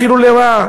אפילו לשנות לרעה.